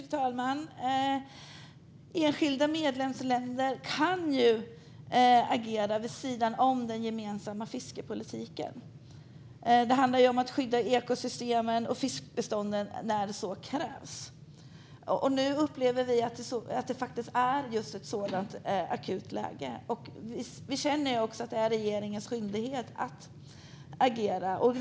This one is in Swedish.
Fru talman! Enskilda medlemsländer kan ju agera vid sidan om den gemensamma fiskepolitiken. Det handlar ju om att skydda ekosystemen och fiskbestånden när så krävs. Nu upplever vi att det faktiskt är just ett sådant akut läge. Vi känner också att det är regeringens skyldighet att agera.